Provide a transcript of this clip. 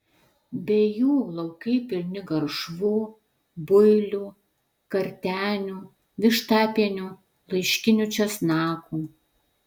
be jų laukai pilni garšvų builių kartenių vištapienių laiškinių česnakų